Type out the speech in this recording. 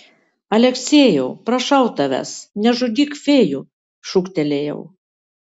aleksejau prašau tavęs nežudyk fėjų šūktelėjau